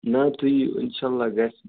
نہٕ تُہۍ یِیو انشاءاللہ گَژھِ